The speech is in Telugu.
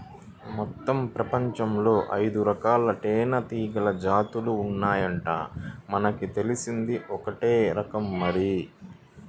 మొత్తం పెపంచంలో ఐదురకాల తేనీగల జాతులు ఉన్నాయంట, మనకు తెలిసింది ఒక్కటే రకం మరి